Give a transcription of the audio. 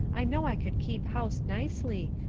i know i could keep house nicely,